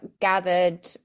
gathered